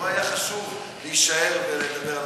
היה חשוב להישאר ולדבר על הדברים.